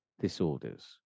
disorders